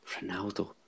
Ronaldo